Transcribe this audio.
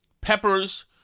peppers